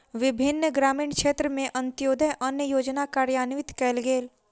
विभिन्न ग्रामीण क्षेत्र में अन्त्योदय अन्न योजना कार्यान्वित कयल गेल